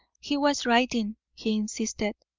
he was writing, he insisted.